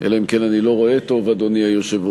אלא אם כן אני לא רואה טוב, אדוני היושב-ראש,